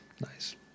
Nice